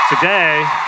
Today